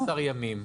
15 ימים.